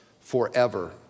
forever